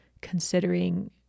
considering